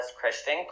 Christian